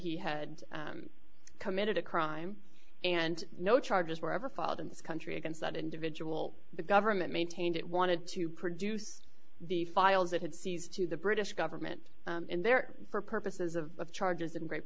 he had committed a crime and no charges were ever filed in this country against that individual the government maintained it wanted to produce the files it had seized to the british government and there for purposes of charges in great